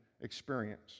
experience